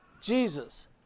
Jesus